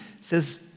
says